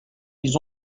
ils